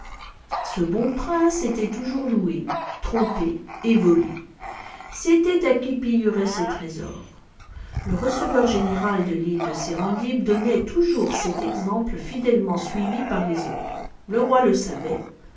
ce bon prince était toujours loué trompé et volé c'était à qui pillerait ses trésors le receveur-général de l'île de serendib donnait toujours cet exemple fidèlement suivi par les autres le roi le savait